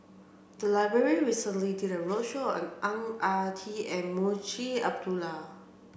the library recently did a roadshow on Ang Ah Tee and Munshi Abdullah